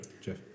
Jeff